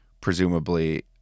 presumably